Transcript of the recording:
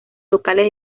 locales